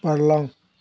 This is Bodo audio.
बारलां